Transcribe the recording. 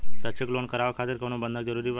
शैक्षणिक लोन करावे खातिर कउनो बंधक जरूरी बा?